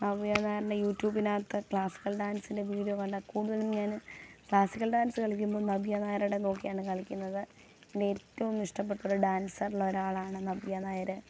നവ്യ നായരുടെ യൂട്യൂബിനകത്ത ക്ലാസികൽ ഡാൻസിൻറ്റെ വീഡിയോ കണ്ടാൽ കൂടുതലും ഞാൻ ക്ലാസിക്കൽ ഡാൻസ് കളിക്കുമ്പോൾ നവ്യ നായരുടെ നോക്കിയാണ് കളിക്കുന്നത് എൻ്റെ ഏറ്റോം ഇഷ്ടപ്പെട്ടൊരു ഡാൻസർലൊരാളാണ് നവ്യ നായർ